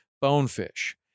bonefish